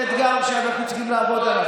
זה אתגר שאנחנו צריכים לעבוד עליו.